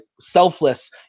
selfless